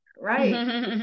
Right